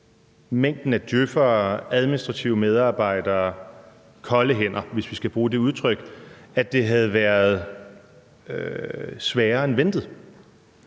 mængden af djøf'ere, administrative medarbejdere – kolde hænder, hvis vi skal bruge det udtryk – havde været sværere end ventet.